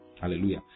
Hallelujah